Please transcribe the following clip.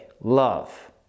love